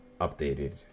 updated